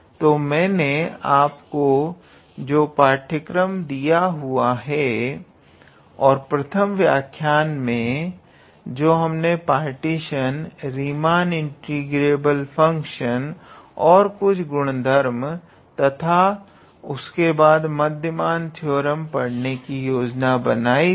तो मैंने आपको जो पाठ्यक्रम दिया हुआ है और प्रथम व्याख्यायन में जो हमने पार्टीशन रीमान इंटीग्रेबल फंक्शनस और कुछ गुणधर्म तथा उसके बाद मध्यमान थ्योरम पढ़ने की योजना बनाई थी